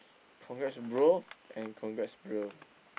congrats bro and congrats bro